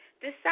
decide